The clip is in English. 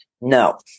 No